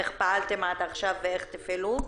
איך פעלתם עד עכשיו ואיך תפעלו?